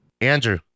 Andrew